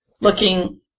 looking